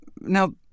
Now